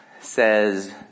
says